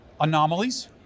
anomalies